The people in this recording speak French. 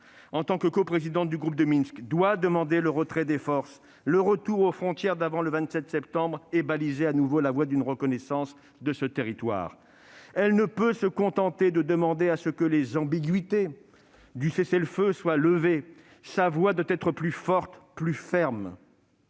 en tant que coprésidente du groupe de Minsk, doit demander le retrait des forces et le retour aux frontières d'avant le 27 septembre et baliser à nouveau la voie d'une reconnaissance de ce territoire. Elle ne peut se contenter de demander que les « ambiguïtés » du cessez-le-feu soient levées. Sa voix doit être plus forte et plus ferme.